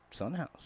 Sunhouse